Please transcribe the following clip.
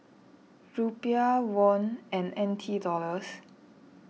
Rupiah Won and N T Dollars